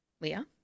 Leah